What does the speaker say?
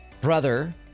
brother